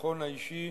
בביטחון האישי